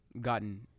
gotten